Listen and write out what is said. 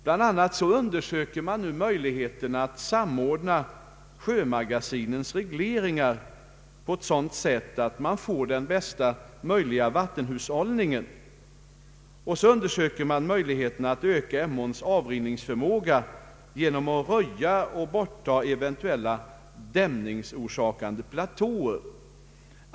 Bland annat undersöks möjligheten att samordna sjömagasinens regleringar på sådant sätt att man får bästa möjliga vattenhushållning. Vidare undersöks möjligheten att öka Emåns avrinningsförmåga genom röjning och borttagande av eventuella dämningsorsakande platåer.